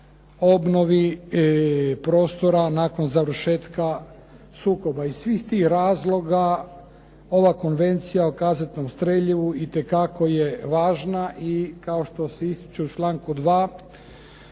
obnovi prostora nakon završetka sukoba. Iz svih tih razloga ova Konvencija o kazetnom streljivu itekako je važna i kao što se ističe u članku 2.